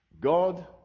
God